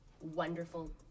wonderful